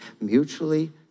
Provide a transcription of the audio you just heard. Mutually